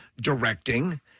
directing